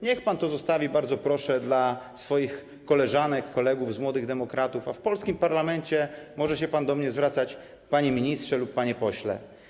Niech pan to zostawi, bardzo proszę, dla swoich koleżanek, kolegów z Młodych Demokratów, a w polskim parlamencie może się pan do mnie zwracać: panie ministrze lub panie pośle.